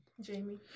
Jamie